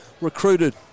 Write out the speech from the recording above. recruited